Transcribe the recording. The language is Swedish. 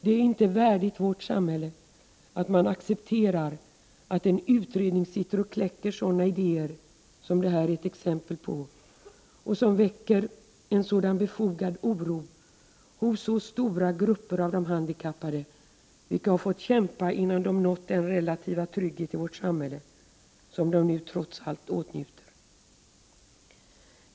Det är inte värdigt vårt samhälle att acceptera att en utredning sitter och kläcker sådana idéer som det här är ett exempel på och som väcker en sådan befogad oro hos så stora grupper av de handikappade, vilka har fått kämpa innan de nått den relativa trygghet i vårt samhälle som de nu trots allt åtnjuter.